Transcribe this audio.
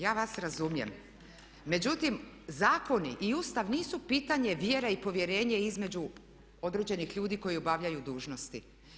Ja vas razumijem, međutim zakoni i Ustav nisu pitanje vjere i povjerenja između određenih ljudi koji obavljaju dužnosti.